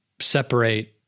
separate